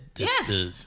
Yes